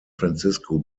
francisco